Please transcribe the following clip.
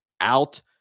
out